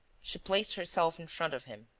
she placed herself in front of him